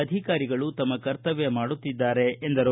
ಅಧಿಕಾರಿಗಳು ತಮ್ಮ ಕರ್ತವ್ಯ ಮಾಡುತ್ತಿದ್ದಾರೆ ಎಂದರು